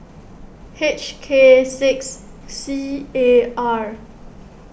H K six C A R